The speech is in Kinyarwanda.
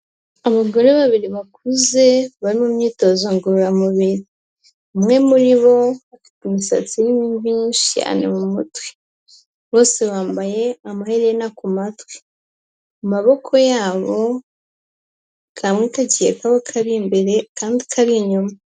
Abagore babiri bakuze bari mu imyitozo ngororamubiri, umwe muri bo afite umusatsi urimo imvi nyinshi cyane mu mutwe, bose bambaye amaherena ku matwi, amaboko yabo kamwe kagiye kaba kari imbere akandi kari inyuma.